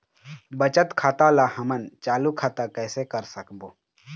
बचत खाता ला हमन चालू खाता कइसे कर सकबो?